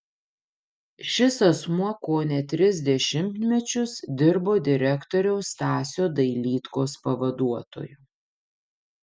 šis asmuo kone tris dešimtmečius dirbo direktoriaus stasio dailydkos pavaduotoju